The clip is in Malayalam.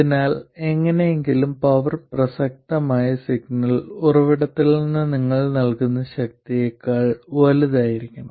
അതിനാൽ എങ്ങനെയെങ്കിലും പവർ പ്രസക്തമായ സിഗ്നൽ ഉറവിടത്തിൽ നിന്ന് നിങ്ങൾ നൽകുന്ന ശക്തിയേക്കാൾ വലുതായിരിക്കണം